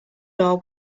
law